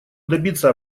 добиться